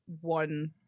one